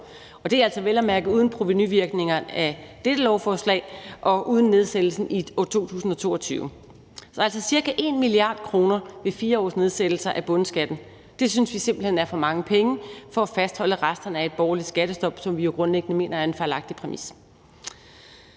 altså vel at mærke uden provenuvirkningerne af dette lovforslag og uden nedsættelsen i 2022. Så det er altså ca. 1 mia. kr. ved 4 års nedsættelser af bundskatten, og det synes vi simpelt hen er for mange penge for at fastholde resterne af et borgerligt skattestop, som vi jo grundlæggende mener er en fejlagtig præmis.